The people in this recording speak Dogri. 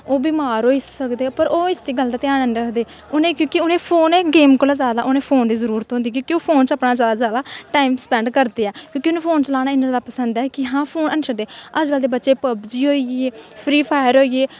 ओह् बमार होई सकदे पर ओह् इस गल्ल दा ध्यान नी रखदे उनें क्योंकि उनें फोन ऐ गेम कोला जादा उनेगी फोन दी जरूरत होंदी क्योंकि ओह् फोन अपना जादा तो जादा टाईम स्पैंड करदे ऐ क्योंकि सउनेंगी फोन चलाना इनना पसंद ऐ ओह् फोन नी शड्डदे अज कल दे बच्चे पवजी होई गेई फ्री फायर होई गेई